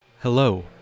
Hello